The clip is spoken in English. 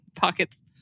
pockets